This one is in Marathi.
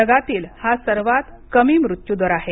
जगातील हा सर्वांत कमी मृत्यूदर आहे